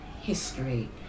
history